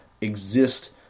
exist